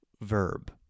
verb